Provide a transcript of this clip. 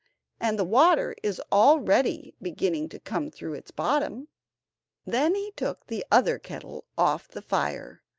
and the water is already beginning to come through its bottom then he took the other kettle off the fire,